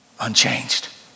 unchanged